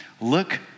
Look